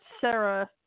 Sarah